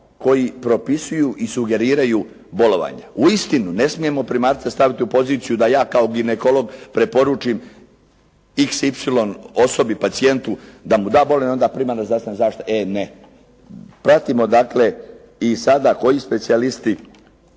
koji propisuju i sugeriraju bolovanja? Uistinu ne smijemo primarce staviti u poziciju da ja kao ginekolog preporučim xy osobi, pacijentu da mu da bolovanje i onda primarna zdravstvena zaštita: E ne. Pratimo dakle i sada koji specijalisti